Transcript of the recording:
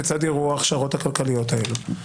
כיצד ייראו ההכשרות הכלכליות האלה.